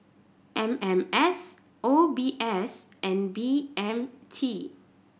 M M S O B S and B M T